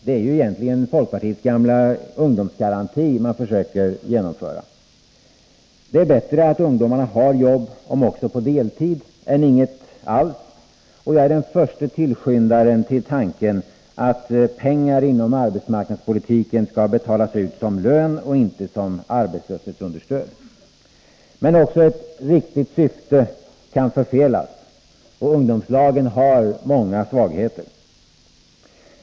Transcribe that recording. Det är ju egentligen folkpartiets gamla ungdomsgaranti man försöker genomföra. Det är bättre att ungdomarna har ett jobb om också på deltid än inget alls, och jag är den förste tillskyndaren till tanken att pengarna inom arbetsmarknadspolitiken skall betalas ut som lön och inte som arbetslöshetsunderstöd. Men även ett riktigt syfte kan förfelas, och ungdomslagen har många svagheter.